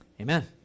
Amen